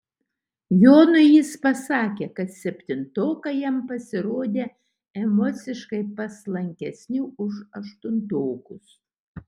jonui jis pasakė kad septintokai jam pasirodė emociškai paslankesni už aštuntokus